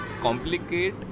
complicate